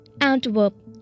Antwerp